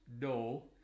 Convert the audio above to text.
no